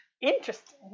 Interesting